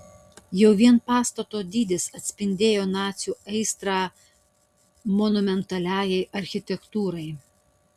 jau vien pastato dydis atspindėjo nacių aistrą monumentaliajai architektūrai